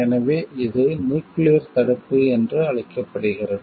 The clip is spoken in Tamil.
எனவே இது நியூக்கிளியர் தடுப்பு என்று அழைக்கப்படுகிறது